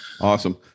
Awesome